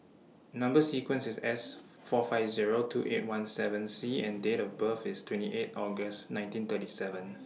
Number sequence IS S four five Zero two eight one seven C and Date of birth IS twenty eight August nineteen thirty seven